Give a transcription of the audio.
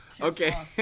Okay